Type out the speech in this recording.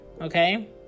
okay